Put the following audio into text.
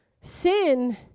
sin